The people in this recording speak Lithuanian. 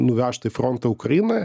nuvežta į frontą ukrainoje